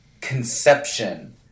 conception